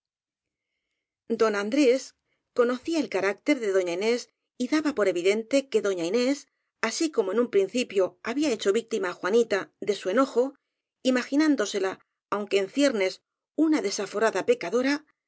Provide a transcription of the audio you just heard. don andrés conocía el carácter de doña inés y daba por evidente que doña inés así como en un principio había hecho víctima á juanita de su eno jo imaginándosela aunque en ciernes una desa forada pecadora